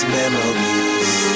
memories